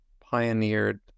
pioneered